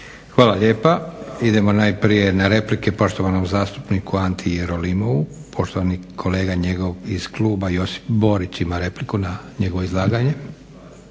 Hvala lijepa. Idemo najprije na replike poštovanom zastupniku Anti Jerolimovu. Poštovani kolega njegov iz kluba, Josip Borić ima repliku na njegovo izlaganje.